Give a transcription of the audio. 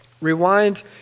rewind